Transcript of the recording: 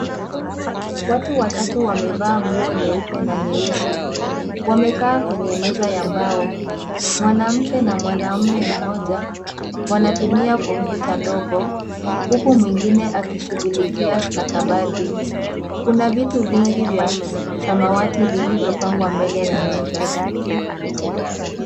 Watu watatu wamevaa nguo nyeupe na nyeusi, wamekaa kwenye meza ya mbao, mwanamke na mwanaume mmoja wanatumia kompyuta ndogo huku mwingine akishughulikia stakabadhi kuna vitu vingi vya samawati vilivyopangwa mbele ya meza.